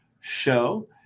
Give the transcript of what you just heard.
show